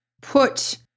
put